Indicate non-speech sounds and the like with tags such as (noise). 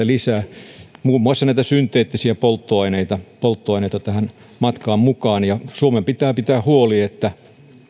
(unintelligible) lisää muun muassa näitä synteettisiä polttoaineita polttoaineita tähän matkaan mukaan suomen pitää pitää huoli että